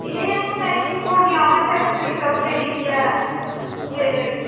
ई हम सुनेछी कि पूर्णियामे फैक्ट्री सब ढेरी यऽ सऽ